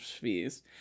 fees